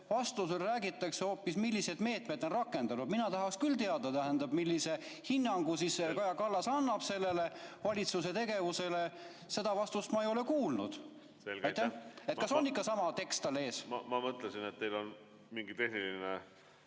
vastuses räägiti hoopis, millised meetmed on rakendatud. Mina tahaks küll teada, tähendab, millise hinnangu Kaja Kallas annab selle valitsuse tegevusele. Seda vastust ma ei ole kuulnud. Selge. Aitäh! Selge. Aitäh! Kas on ikka sama tekst tal ees? Ma mõtlesin, et teil on mingi tehniline